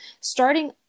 starting